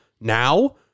now